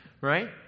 right